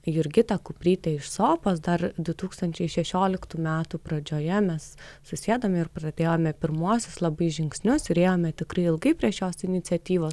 jurgita kupryte iš sopos dar du tūkstančiai šešioliktų metų pradžioje mes susėdome ir pradėjome pirmuosius labai žingsnius ir ėjome tikrai ilgai prie šios iniciatyvos